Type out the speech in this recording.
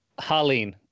Harleen